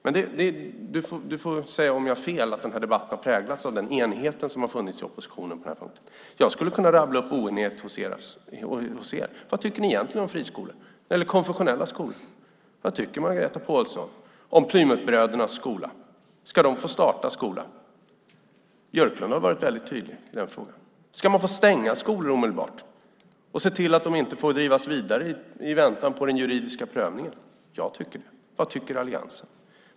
Men du får säga om jag har fel i att den här debatten har präglats av den enighet som har funnits i oppositionen på den här punkten. Jag skulle kunna rabbla upp oenigheter hos er. Vad tycker ni egentligen om friskolor eller konfessionella skolor? Vad tycker Margareta Pålsson om Plymouthbrödernas skola? Ska de få starta skola? Björklund har varit väldigt tydlig i den frågan. Ska man få stänga skolor omedelbart och se till att de inte får drivas vidare i väntan på den juridiska prövningen? Jag tycker det. Vad tycker alliansen?